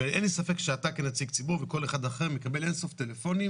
אין לי ספק שאתה כנציג ציבור וכל אחד אחר מקבל אין סוף טלפונים,